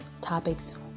topics